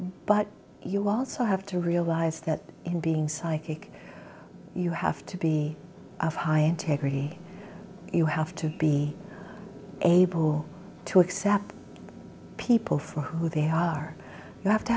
but you also have to realize that in being psychic you have to be of high integrity you have to be able to accept people for who they are you have to